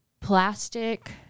plastic